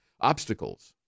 obstacles